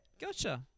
Gotcha